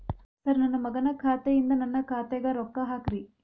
sir ನನ್ನ ಮಗನ ಖಾತೆ ಯಿಂದ ನನ್ನ ಖಾತೆಗ ರೊಕ್ಕಾ ಹಾಕ್ರಿ